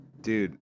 Dude